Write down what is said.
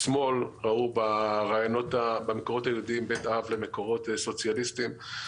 משמאל ראו במקורות היהודיים בית אב למקורות סוציאליסטיים.